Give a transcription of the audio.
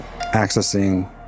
accessing